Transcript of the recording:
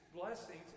blessings